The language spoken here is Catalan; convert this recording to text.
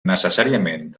necessàriament